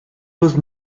was